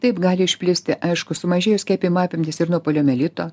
taip gali išplisti aišku sumažėjo skiepijimo apimtys ir nuo poliomielito